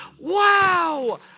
Wow